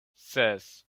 ses